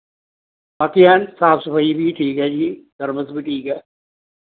ਬਾਕੀ ਐਨ ਸਾਫ਼ ਸਫ਼ਾਈ ਵੀ ਠੀਕ ਹੈ ਜੀ ਸਰਵਿਸ ਵੀ ਠੀਕ ਹੈ